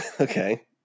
Okay